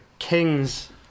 Kings